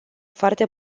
foarte